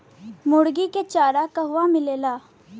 मुर्गी के चारा कहवा मिलेला?